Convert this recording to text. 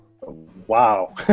Wow